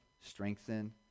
strengthen